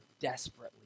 desperately